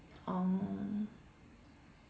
oh